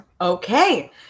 Okay